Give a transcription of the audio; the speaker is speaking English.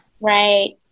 Right